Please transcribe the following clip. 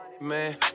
man